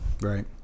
Right